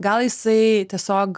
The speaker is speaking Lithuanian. gal jisai tiesiog